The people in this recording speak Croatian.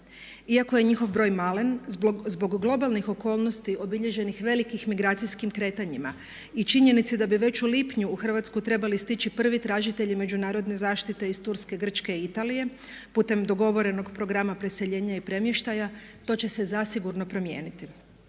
Iako je njihov broj malen zbog globalnih okolnosti obilježenih velikih migracijskim kretanjima i činjenici da bi već u lipnju u Hrvatsku trebali stići prvi tražitelji međunarodne zaštite iz Turske, Grčke i Italije putem dogovorenog programa preseljenja i premještaja to će se zasigurno promijeniti.